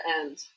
end